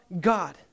God